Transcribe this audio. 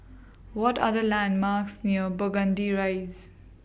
What Are The landmarks near Burgundy Rise